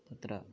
अत्र